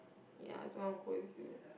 ya I don't want to go with you